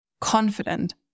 confident